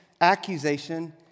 accusation